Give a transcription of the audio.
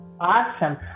Awesome